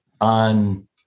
on